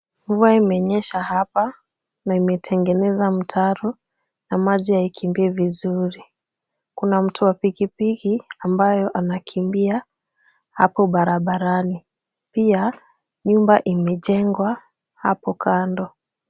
Mvua imenyesha hapa na imetenengeza mtaro na maji haikimbii vizuri. Kuna mtu wa pikipiki ambayo anakimbia hapo barabarani. Pia nyumba imejengwa hapo kando.